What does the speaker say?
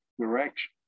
direction